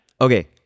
okay